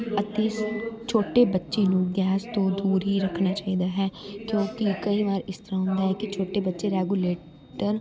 ਅਤੇ ਛੋਟੇ ਬੱਚੇ ਨੂੰ ਗੈਸ ਤੋਂ ਦੂਰ ਹੀ ਰੱਖਣਾ ਚਾਹੀਦਾ ਹੈ ਕਿਉਂਕਿ ਕਈ ਵਾਰ ਇਸ ਤਰ੍ਹਾਂ ਹੁੰਦਾ ਹੈ ਕਿ ਛੋਟੇ ਬੱਚੇ ਰੈਗੂਲੇਟਰ